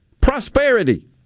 Prosperity